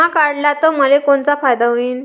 बिमा काढला त मले कोनचा फायदा होईन?